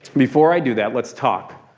before i do that, let's talk.